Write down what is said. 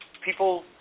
people